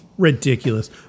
ridiculous